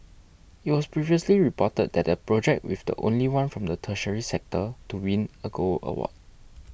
it was previously reported that the project with the only one from the tertiary sector to win a gold award